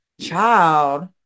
Child